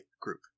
group